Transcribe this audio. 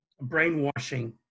brainwashing